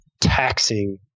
taxing